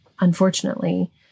unfortunately